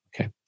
Okay